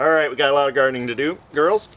all right we got a lot of gardening to do girls